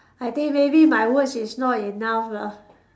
I think maybe my words is not enough lah